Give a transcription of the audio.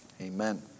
Amen